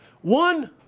One